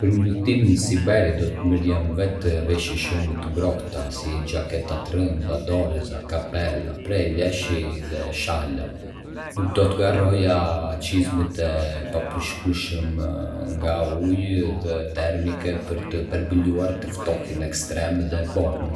Për një udhëtim në Siberi, do të merrja me vete veshje shumë të ngrohta, si xhaketa të rënda, doreza, kapela prej leshi dhe shalla. Nuk do të harroja çizme të papërshkueshme nga uji dhe termike për të përballuar të ftohtin ekstrem dhe borën.